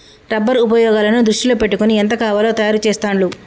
rubber ఉపయోగాలను దృష్టిలో పెట్టుకొని ఎంత కావాలో తయారు చెస్తాండ్లు